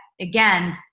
again